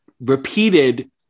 repeated